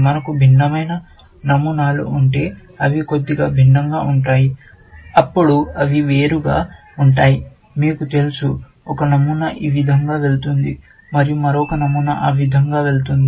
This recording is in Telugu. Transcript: మనకు భిన్నమైన నమూనాలు ఉంటే అవి కొద్దిగా భిన్నంగా ఉంటాయి అప్పుడు అవి వేరుగా ఉంటాయి మీకు తెలుసు ఒక నమూనా ఈ విధంగా వెళుతుంది మరియు మరొక నమూనా ఆ విధంగా వెళుతుంది